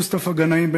מוסטפא גנאים,